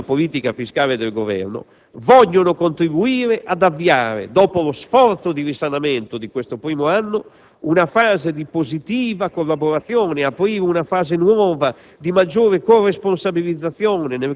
che, confermando la validità delle linee della politica fiscale del Governo, vuole contribuire ad avviare, dopo lo sforzo di risanamento di questo primo anno, una fase di positiva collaborazione, aprendo una fase nuova